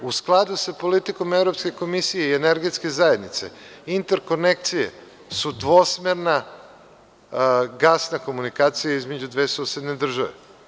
U skladu sa politikom Evropske komisije i Energetske zajednice, interkonekcije su dvosmerna gasna komunikacija između dve susedne države.